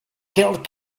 killed